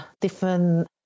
different